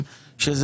מכיוון